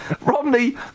Romney